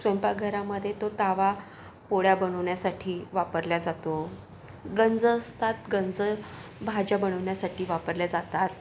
स्वयंपाकघरामध्ये तो तवा पोळ्या बनवण्यासाठी वापरला जातो गंज असतात गंज भाज्या बनवण्यासाठी वापरला जातात